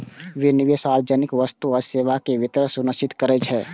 विनियम सार्वजनिक वस्तु आ सेवाक वितरण सुनिश्चित करै छै